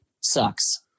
sucks